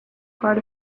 part